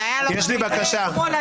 זה היה לא במקום.